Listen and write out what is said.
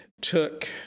took